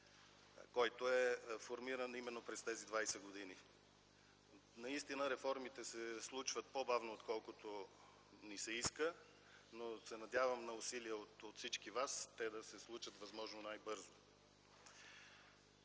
който е формиран именно през тези двадесет години. Наистина реформите се случват по-бавно, отколкото ни се иска, но се надявам на усилие от всички вас, те да се случат възможно най-бързо.